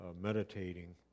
meditating